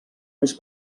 més